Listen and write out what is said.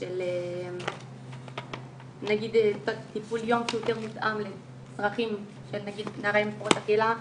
של נגיד טיפול יום שהוא יותר מותאם לצרכים של נערה עם הפרעות אכילה,